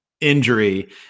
injury